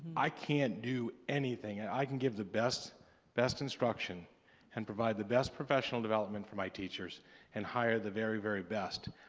i can't do anything. i can give the best best instruction and provide the best professional development for my teachers and hire the very, very best.